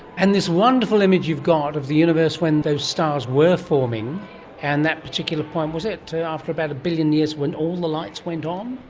and this wonderful image you've got of the universe when those stars were forming and that particular point. was it after about a billion years when all the lights went um